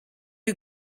you